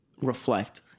reflect